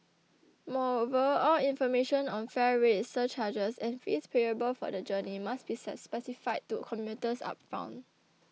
moreover all information on fare rates surcharges and fees payable for the journey must be specified to commuters upfront